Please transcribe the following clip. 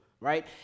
right